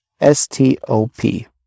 S-T-O-P